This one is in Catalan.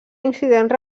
incidents